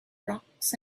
rocks